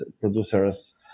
producers